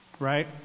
Right